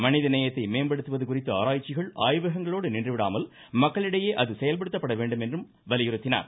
மனித நேயத்தை மேம்படுத்துவது குறித்த ஆராய்ச்சிகள் ஆய்வகங்களோடு நின்றுவிடாமல் மக்களிடையே அது செயல்படுத்தப்பட வேண்டும் என்றும் வலியுறுத்தினார்